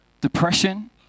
Depression